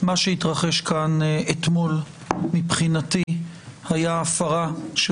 מה שהתרחש כאן אתמול מבחינתי היה הפרה של